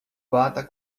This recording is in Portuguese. bata